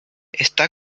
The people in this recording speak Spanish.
está